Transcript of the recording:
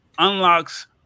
unlocks